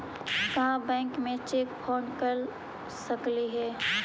का बैंक भी cheque fraud कर सकलई हे?